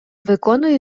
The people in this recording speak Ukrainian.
виконує